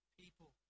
people